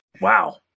Wow